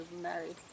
married